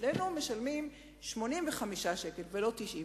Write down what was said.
אצלו משלמים 85 שקלים ולא 90 שקלים.